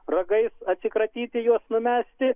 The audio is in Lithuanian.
ragais atsikratyti juos numesti